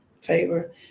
favor